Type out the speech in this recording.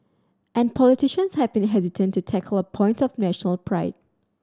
and politicians have been hesitant to tackle a point of national pride